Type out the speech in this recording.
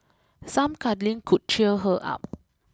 some cuddling could cheer her up